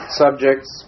subjects